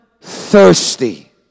thirsty